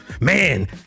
Man